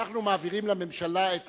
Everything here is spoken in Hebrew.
אנחנו מעבירים לממשלה את